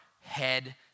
head